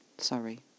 Sorry